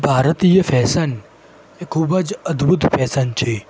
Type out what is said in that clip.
ભારતીય ફૅશન એ ખૂબ જ અદભૂત ફૅશન છે